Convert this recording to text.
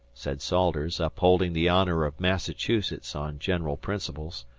said salters, upholding the honor of massachusetts on general principles.